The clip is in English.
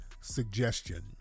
suggestion